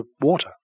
water